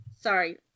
sorry